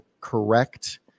correct